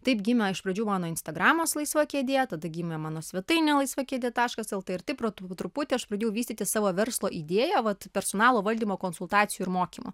taip gimė iš pradžių mano instagramas laisva kėdė tada gimė mano svetainė laisva kėdė taškas lt ir taip po truputį aš pradėjau vystyti savo verslo idėją vat personalo valdymo konsultacijų ir mokymų